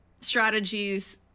strategies